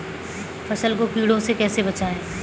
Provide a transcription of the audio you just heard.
फसल को कीड़ों से कैसे बचाएँ?